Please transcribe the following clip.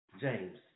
James